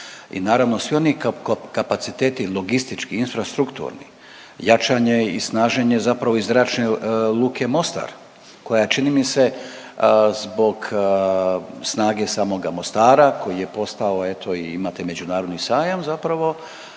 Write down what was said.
i naravno svi oni kapaciteti logistički, infrastrukturni. Jačanje i snaženje zapravo i Zračne luke Mostar koja čini mi se zbog snage samoga Mostara koji je postao eto imate i međunarodni sajam zapravo